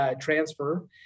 transfer